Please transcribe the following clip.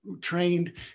trained